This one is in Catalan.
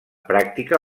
pràctica